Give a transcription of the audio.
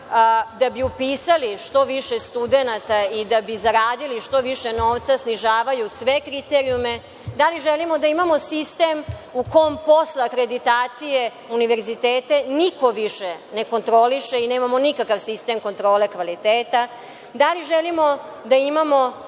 da bi upisali što više studenata i da bi zaradili što više novca, snižavaju sve kriterijume? Da li želimo da imamo sistem u kom posle akreditacije univerzitete niko više ne kontroliše i nemamo nikakav sistem kontrole kvaliteta? Da li želimo da imamo